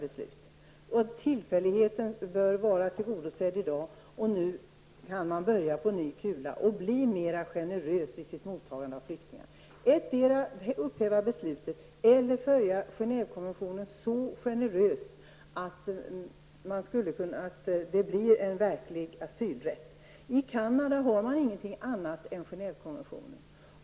Den tillfällighet som avsågs bör i dag vara tillgodosedd. Nu kan vi börja på ny kula och bli mer generösa i vårt mottagande av flyktingar. Emdera kan regeringen upphäva beslutet, eller tolka Genèvekonventionen så generöst att det blir en verklig asylrätt. I Canada har man inga andra regler än Genèvekonventionen.